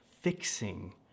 fixing